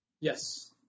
Yes